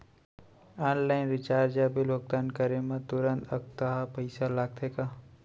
Online recharge या bill भुगतान करे मा तुरंत अक्तहा पइसा लागथे का?